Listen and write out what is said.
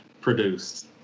produced